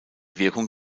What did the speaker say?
wirkung